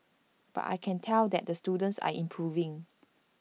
but I can tell that the students are improving